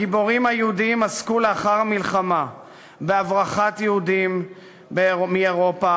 הגיבורים היהודים עסקו לאחר המלחמה בהברחת יהודים מאירופה,